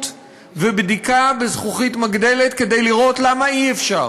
ובדיקה בזכוכית מגדלת כדי לראות למה אי-אפשר,